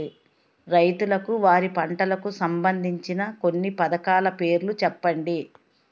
రైతులకు వారి పంటలకు సంబందించిన కొన్ని పథకాల పేర్లు చెప్పండి?